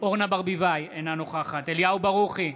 אורנה ברביבאי, אינה נוכחת אליהו ברוכי,